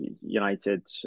United